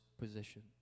position